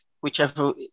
Whichever